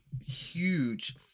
huge